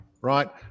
right